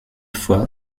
fois